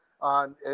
on